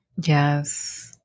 Yes